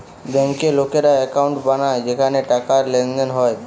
বেঙ্কে লোকেরা একাউন্ট বানায় যেখানে টাকার লেনদেন হয়